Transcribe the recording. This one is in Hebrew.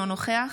אינו נוכח